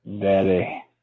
Daddy